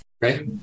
Right